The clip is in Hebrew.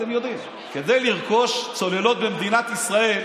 ואתם יודעים: כדי לרכוש צוללות במדינת ישראל,